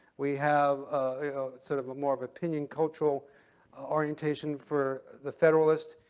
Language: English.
we have sort of a more of opinion cultural orientation for the federalist,